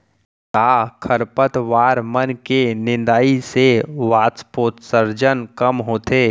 का खरपतवार मन के निंदाई से वाष्पोत्सर्जन कम होथे?